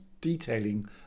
detailing